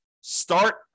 Start